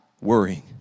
worrying